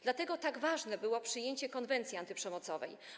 Dlatego tak ważne było przyjęcie konwencji antyprzemocowej.